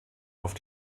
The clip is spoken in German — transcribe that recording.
auf